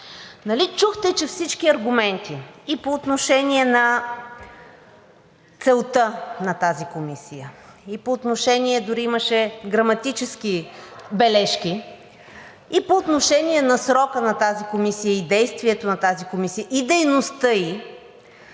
чухте, че всички аргументи и по отношение на целта на тази комисия, и по отношение – дори имаше граматически бележки, и по отношение на срока на тази комисия, и действието на тази комисия, и дейността ѝ